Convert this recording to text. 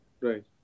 Right